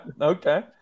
Okay